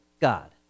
God